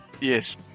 Yes